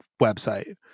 website